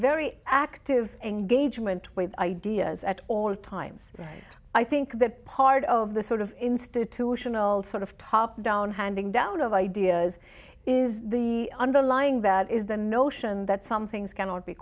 very active engagement with ideas at all times i think that part of the sort of institutional sort of top down handing down of ideas is the underlying that is the notion that some things cannot be